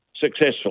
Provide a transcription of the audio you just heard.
successful